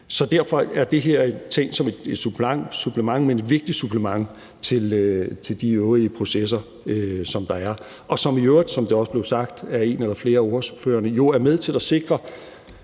Så derfor er det her tænkt som et supplement, men et vigtigt supplement, til de øvrige processer, som der er, og som i øvrigt, som det også blev sagt af flere af ordførerne, er med til at sikre